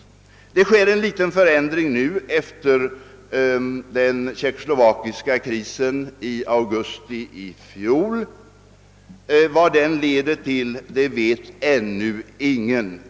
Det håller på att ske en liten förändring efter den tjeckoslovakiska krisen i augusti förra året, men vad detta leder till vet ännu ingen.